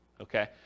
Okay